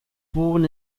born